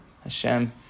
Hashem